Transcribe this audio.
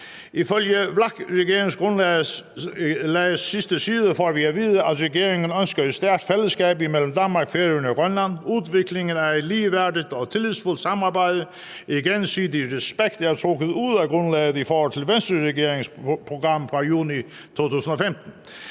På VLAK-regeringsgrundlagets sidste side får vi at vide, at regeringen ønsker et stærkt fællesskab mellem Danmark, Færøerne og Grønland. Her er udviklingen af »et ligeværdigt og tillidsfuldt samarbejde i gensidig respekt« trukket ud i forhold til Venstreregeringens regeringsgrundlag fra juni 2015.